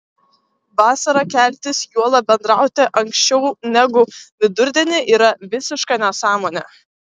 vasarą keltis juolab bendrauti anksčiau negu vidurdienį yra visiška nesąmonė